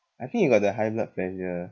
I think he got the high blood pressure